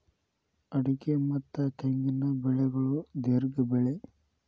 ಅಡಿಕೆ ಮತ್ತ ತೆಂಗಿನ ಬೆಳೆಗಳು ದೇರ್ಘ ಬೆಳೆ